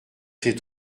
ces